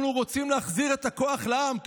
אנחנו רוצים להחזיר את הכוח לעם,